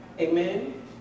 Amen